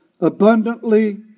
abundantly